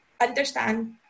understand